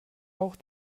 auch